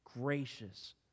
gracious